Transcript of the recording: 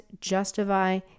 justify